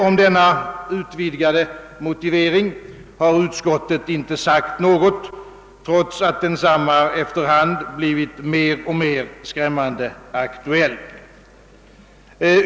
Om denna utvidgade motivering har utskottet inte sagt något, trots att densamma efter hand blivit mer och mer skrämmande aktuell.